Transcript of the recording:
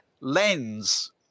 lens